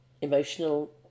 emotional